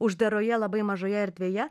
uždaroje labai mažoje erdvėje